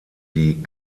die